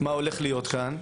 למה שהולך להיות כאן,